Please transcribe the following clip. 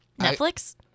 Netflix